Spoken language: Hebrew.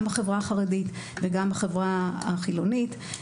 גם בחברה החרדית וגם בחברה החילונית.